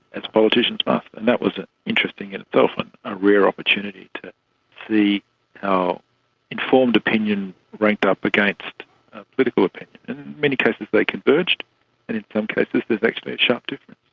as politicians must. ah and that was interesting in itself, and a rare opportunity to see how informed opinion ranked up against political opinion. in many cases they converged and in some cases there's actually a sharp difference.